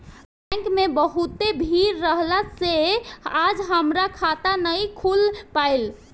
bank में बहुते भीड़ रहला से आज हमार खाता नाइ खुल पाईल